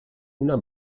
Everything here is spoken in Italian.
una